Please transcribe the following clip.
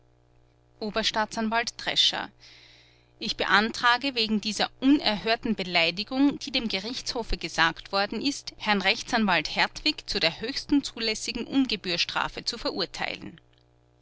oberstaatsanwalt drescher ich beantrage wegen dieser unerhörten beleidigung die dem gerichtshofe gesagt worden ist herrn rechtsanwalt hertwig zu der höchsten zulässigen ungebührstrafe zu verurteilen